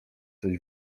coś